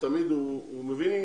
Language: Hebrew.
עניין.